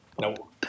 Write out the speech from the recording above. No